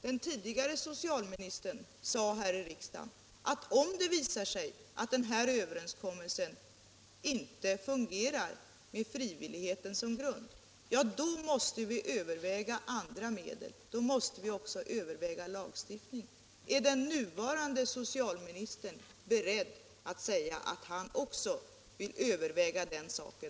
Den tidigare socialministern sade här i riksdagen att om det visar sig att överenskommelsen inte fungerar med frivilligheten som grund, ja, då måste vi överväga andra medel, då måste vi också överväga lagstiftning. Är den nuvarande socialministern beredd att säga att han också vill överväga den saken?